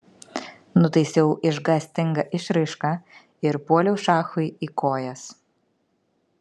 nutaisiau išgąstingą išraišką ir puoliau šachui į kojas